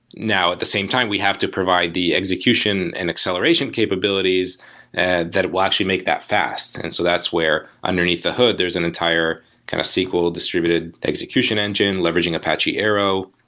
now, at the same time we have to provide the execution and acceleration capabilities and that will actually make that fast, and so that's where underneath the hood there's an entire kind of sql distributed execution engine leveraging apache arrow.